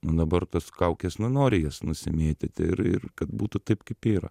nu dabar tos kaukės nu nori jas nusimėtyti ir ir kad būtų taip kaip yra